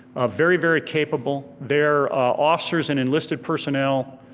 ah very, very capable. their officers and enlisted personnel